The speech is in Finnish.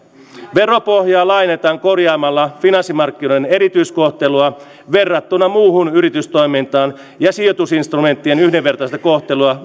veropohjaa laajennetaan korjaamalla finanssimarkkinoiden erityiskohtelua verrattuna muuhun yritystoimintaan ja lisäämällä sijoitusinstrumenttien yhdenvertaista kohtelua